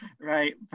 right